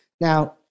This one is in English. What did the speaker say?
Now